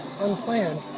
unplanned